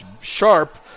sharp